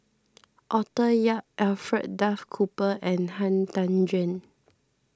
Arthur Yap Alfred Duff Cooper and Han Tan Juan